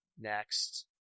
next